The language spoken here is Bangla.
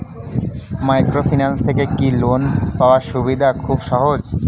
মাইক্রোফিন্যান্স থেকে কি লোন পাওয়ার সুবিধা খুব সহজ?